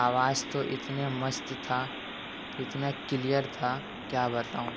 آواز تو اتنے مست تھا اتنا کلیئر تھا کیا بتاؤں